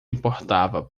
importava